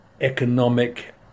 economic